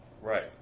Right